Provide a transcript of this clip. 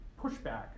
pushback